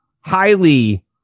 highly